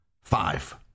Five